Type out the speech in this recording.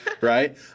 right